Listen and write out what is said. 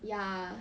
ya